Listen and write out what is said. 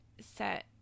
set